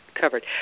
covered